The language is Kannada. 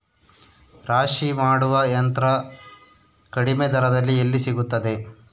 ರಾಶಿ ಮಾಡುವ ಯಂತ್ರ ಕಡಿಮೆ ದರದಲ್ಲಿ ಎಲ್ಲಿ ಸಿಗುತ್ತದೆ?